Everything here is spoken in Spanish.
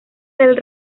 del